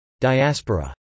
Diaspora